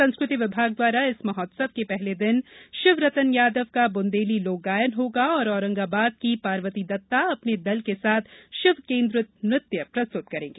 संस्कृति विभाग द्वारा इस महोत्सव के पहले दिन शिवरतन यादव का बुंदेली लोकगायन होगा और औरंगाबाद की पार्वती दत्ता अपने दल के साथ शिव केन्द्रित नृत्य प्रस्तुत करेंगी